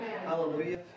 Hallelujah